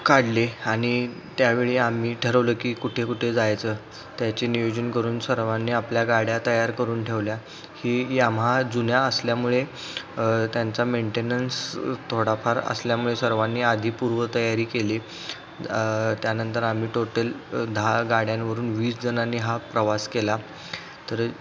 काढले आणि त्यावेळी आम्ही ठरवलं की कुठे जायचं त्याचे नियोजन करून सर्वांनी आपल्या गाड्या तयार करून ठेवल्या ही यामाहा जुन्या असल्यामुळे त्यांचा मेंटेनन्स थोडाफार असल्यामुळे सर्वांनी आधी पूर्व तयारी केली त्यानंतर आम्ही टोटल दहा गाड्यांवरून वीसजणांनी हा प्रवास केला तर